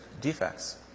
defects